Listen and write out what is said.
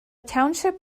township